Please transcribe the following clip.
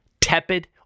tepid